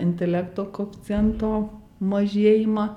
intelekto koeficiento mažėjimą